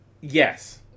Yes